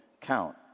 count